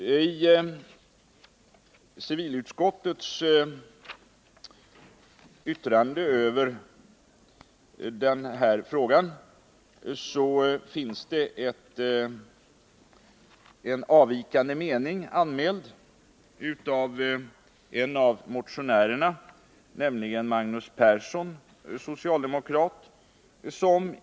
I civilutskottets yttrande över den här frågan finns en avvikande mening anmäld av en motionärerna, nämligen Magnus Persson, socialdemokrat.